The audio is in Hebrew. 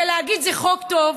ולהגיד: זה חוק טוב,